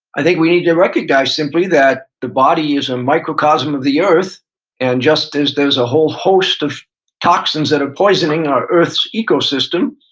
i think we need to recognize simply that the body is a microcosm of the earth and just as there's a whole host of toxins that are poisoning our earth's ecosystem,